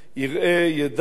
מי ומי ההולכים,